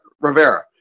Rivera